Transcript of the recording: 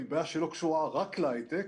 היא בעיה שלא קשורה רק להיי-טק,